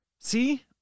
See